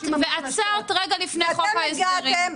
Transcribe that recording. ועצרת רגע לפני חוק ההסדרים.